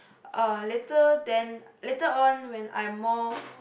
uh later then later on when I'm more